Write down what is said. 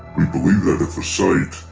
we believe that if a site,